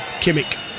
Kimmich